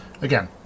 again